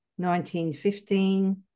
1915